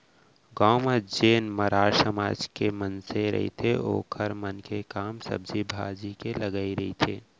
गाँव म जेन मरार समाज के मनसे रहिथे ओखर मन के काम सब्जी भाजी के लगई रहिथे